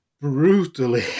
Brutally